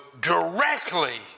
directly